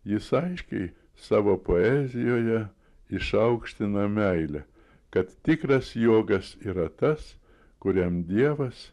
jis aiškiai savo poezijoje išaukština meilę kad tikras jogas yra tas kuriam dievas